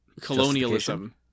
colonialism